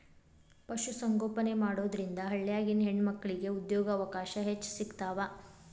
ಪಶು ಸಂಗೋಪನೆ ಮಾಡೋದ್ರಿಂದ ಹಳ್ಳ್ಯಾಗಿನ ಹೆಣ್ಣಮಕ್ಕಳಿಗೆ ಉದ್ಯೋಗಾವಕಾಶ ಹೆಚ್ಚ್ ಸಿಗ್ತಾವ